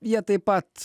jie taip pat